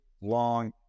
long